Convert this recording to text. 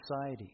society